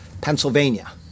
Pennsylvania